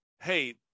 Hey